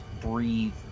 breathe